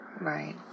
Right